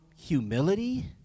humility